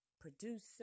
producer